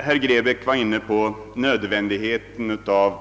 Herr Grebäck framhöll nödvändigheten av